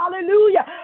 hallelujah